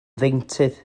ddeintydd